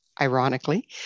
Ironically